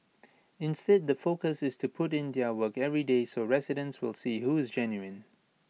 instead the focus is to put in their work every day so residents will see who is genuine